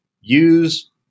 use